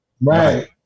Right